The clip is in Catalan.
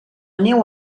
neu